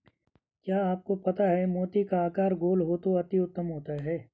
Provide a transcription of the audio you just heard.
क्या आपको पता है मोती का आकार गोल हो तो अति उत्तम होता है